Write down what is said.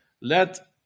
Let